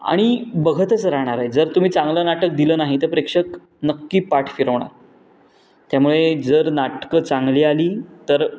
आणि बघतच राहणार आहे जर तुम्ही चांगलं नाटक दिलं नाही तर प्रेक्षक नक्की पाठ फिरवणार त्यामुळे जर नाटकं चांगली आली तर